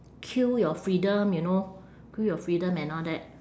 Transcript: kill your freedom you know kill your freedom and all that